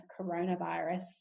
coronavirus